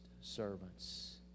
servants